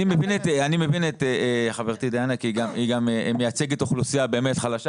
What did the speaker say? אני מבין את חברתי דיאנה כי היא מייצגת אוכלוסייה חלשה